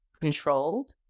controlled